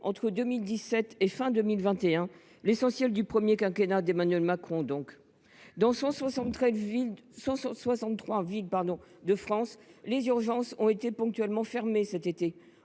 entre 2017 et fin 2021, soit l’essentiel du premier quinquennat d’Emmanuel Macron. Dans 163 villes de France, les urgences ont été ponctuellement fermées cet été